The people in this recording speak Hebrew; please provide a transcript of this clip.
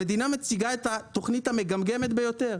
המדינה מציגה את התוכנית המגמגמת ביותר.